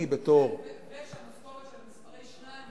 בתור --- ושהמשכורות של מספרי שתיים